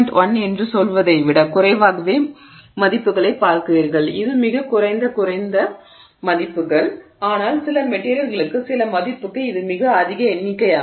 1 என்று சொல்வதை விட குறைவாகவே மதிப்புகளைப் பார்க்கிறீர்கள் இது மிகக் குறைந்த குறைந்த மதிப்புகள் ஆனால் சில மெட்டிரியல்களுக்கு சில மதிப்புக்கு இது மிக அதிக எண்ணிக்கையாகும்